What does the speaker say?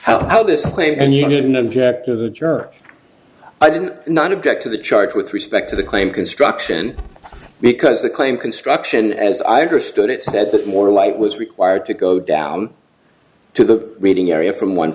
on how this claim and you didn't object to the jerk i didn't not object to the charge with respect to the claim construction because the claim construction as i understood it said that more light was required to go down to the reading area from one